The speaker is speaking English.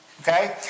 okay